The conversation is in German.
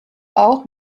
auch